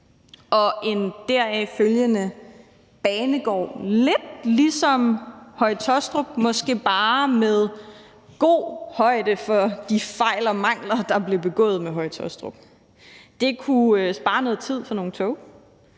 og en deraf følgende banegård, lidt ligesom Høje-Taastrup, måske bare, hvor man har taget god højde for de fejl og mangler, der er blevet begået med Høje-Taastrup. Det kunne spare noget tid for nogle tog.